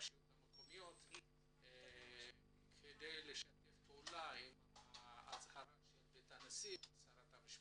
הרשויות המקומיות כדי לשתף פעולה עם הצהרת בית הנשיא ושרת המשפטים,